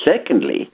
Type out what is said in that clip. secondly